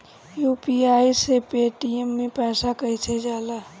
UPI से Paytm मे पैसा कइसे जाला?